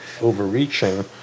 overreaching